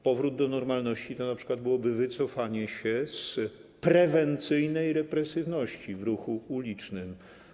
Powrót do normalności to np. byłoby wycofanie się z prewencyjnej represywności w ruchu ulicznym.